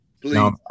Please